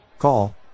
Call